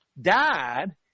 died